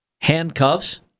handcuffs